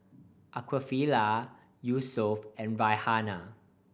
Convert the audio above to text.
Aqeelah Yusuf and Raihana